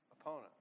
opponent